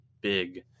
big